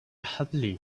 happily